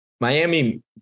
Miami